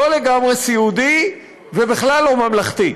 שלא לגמרי סיעודי ושבכלל לא ממלכתי.